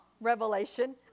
revelation